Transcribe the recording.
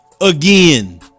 again